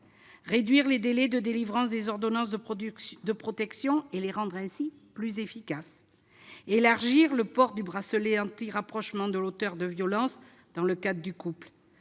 réduire les délais de délivrance des ordonnances de protection et à rendre ainsi ces dernières plus efficaces. Elle prévoit d'élargir le port du bracelet anti-rapprochement de l'auteur de violences dans le cadre du couple.